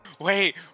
Wait